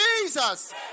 Jesus